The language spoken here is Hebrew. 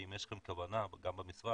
האם יש לכם כוונה, גם במשרד,